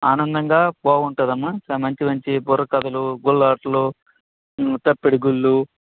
అనందంగా బాగుంటుంది అమ్మా చ మంచి మంచి బుర్రకథలు గుళ్ళ ఆటలు తప్పెటగుళ్ళు